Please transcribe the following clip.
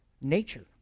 nature